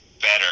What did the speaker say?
better